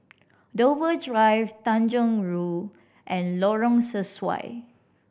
Dover Drive Tanjong Rhu and Lorong Sesuai